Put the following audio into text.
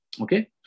Okay